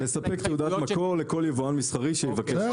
לספק תעודת מקור לכל יבואן מסחרי שיבקש רישיון.